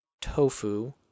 tofu